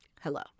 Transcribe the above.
Hello